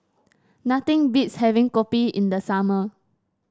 nothing beats having kopi in the summer